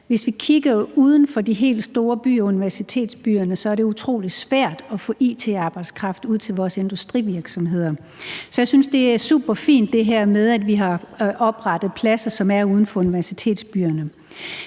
Hvis vi kigger uden for de helt store byer, universitetsbyerne, er det utrolig svært at få it-arbejdskraft ud til vores industrivirksomheder, så jeg synes, at det her med, at vi har oprettet pladser, som er uden for universitetsbyerne,